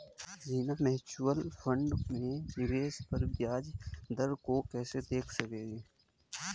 Reena mutual fund में निवेश पर ब्याज दर को कैसे देख सकेगी?